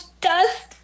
dust